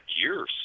years